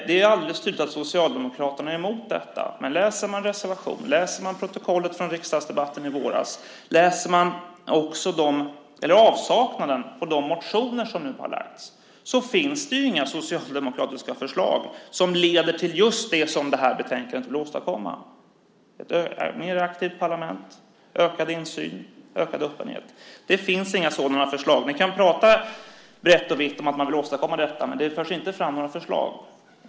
Det är alldeles tydligt att Socialdemokraterna är emot detta. Men läser man reservationen och protokollet från riksdagsdebatten i våras - dessutom sett till avsaknaden av förslag i de motioner som nu har lagts fram - ser man att det inte finns några socialdemokratiska förslag som leder just till det som det här betänkandet vill åstadkomma: ett mer aktivt parlament, ökad insyn och ökad öppenhet. Det finns inga sådana förslag. Ni kan prata vitt och brett om viljan att åstadkomma detta, men det förs inte fram några förslag.